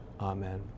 Amen